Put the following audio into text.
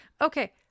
Okay